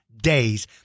days